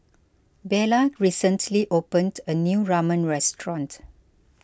Buelah recently opened a new Ramen restaurant